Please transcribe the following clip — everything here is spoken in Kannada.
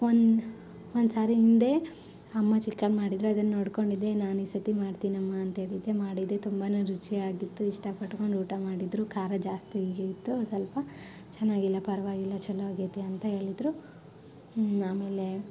ಒಂದು ಒಂದು ಸರಿ ಹಿಂದೆ ಅಮ್ಮ ಚಿಕನ್ ಮಾಡಿದ್ರು ಅದನ್ನ ನೋಡ್ಕೊಂಡಿದ್ದೆ ನಾನು ಈ ಸರತಿ ಮಾಡ್ತೀನಿ ಅಮ್ಮ ಅಂಥೇಳಿದ್ದೆ ಮಾಡಿದ್ದೆ ತುಂಬನೇ ರುಚಿಯಾಗಿತ್ತು ಇಷ್ಟಪಟ್ಕೊಂಡು ಊಟ ಮಾಡಿದರು ಖಾರ ಜಾಸ್ತಿ ಆಗಿತ್ತು ಸ್ವಲ್ಪ ಚೆನ್ನಾಗಿಲ್ಲ ಪರವಾಗಿಲ್ಲ ಛಲೋ ಆಗೈತಿ ಅಂತ ಹೇಳಿದ್ರು ಆಮೇಲೆ